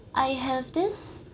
I have this